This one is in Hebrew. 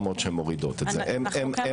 שמורידות את זה.